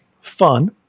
Fun